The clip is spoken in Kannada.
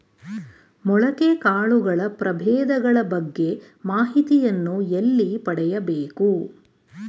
ಮೊಳಕೆ ಕಾಳುಗಳ ಪ್ರಭೇದಗಳ ಬಗ್ಗೆ ಮಾಹಿತಿಯನ್ನು ಎಲ್ಲಿ ಪಡೆಯಬೇಕು?